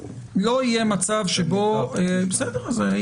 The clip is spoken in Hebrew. "גם באמצעים דיגיטליים".